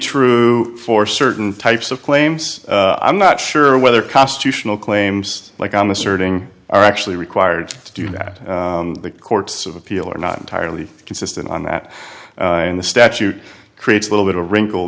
true for certain types of claims i'm not sure whether constitutional claims like i'm asserting are actually required to do that the courts of appeal are not entirely consistent on that and the statute creates a little bit of a wrinkle